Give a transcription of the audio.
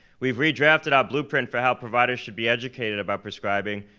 we've redrafted our blueprint for how providers should be educated about prescribing,